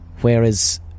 Whereas